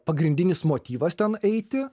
pagrindinis motyvas ten eiti